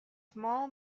small